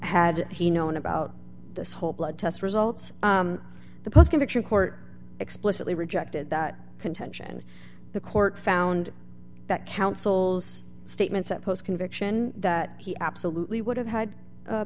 had he known about this whole blood test results the post conviction court explicitly rejected that contention the court found that counsel's statements that post conviction that he absolutely would have had